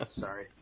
Sorry